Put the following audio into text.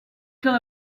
kill